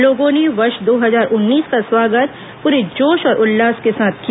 लोगों ने वर्ष दो हजार उन्नीस का स्वागत पूरे जोश और उल्लास के साथ किया